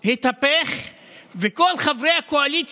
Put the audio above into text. אתה יודע מה באמת הכי מפריע לי?